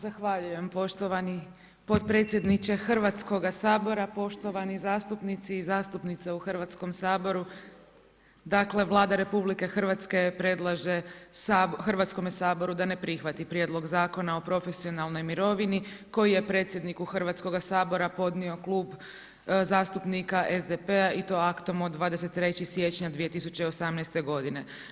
Zahvaljujem poštovani potpredsjedniče Hrvatskog sabora, poštovani zastupnici i zastupnice u Hrvatskom saboru dakle, Vlada Republike Hrvatske predlaže Hrvatskome saboru da ne prihvati prijedlog zakona o profesionalnoj mirovini koji je predsjedniku Hrvatskoga sabora podnio Klub zastupnika SDP-a i to aktom od 23. siječnja 2018. godine.